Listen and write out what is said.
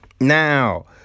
Now